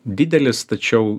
didelis tačiau